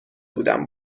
بودم